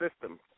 system